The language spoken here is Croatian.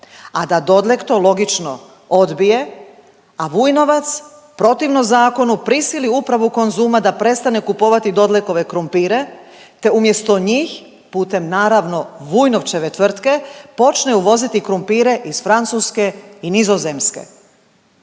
a da Dodlek to logično odbije, a Vujnovac protivno zakonu prisili upravu Konzuma da prestane kupovati Dodlekove krumpire te umjesto njih putem naravno Vujnovćeve tvrtke počne uvoziti krumpire iz Francuske i Nizozemske.